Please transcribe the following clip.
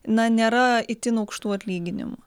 na nėra itin aukštų atlyginimų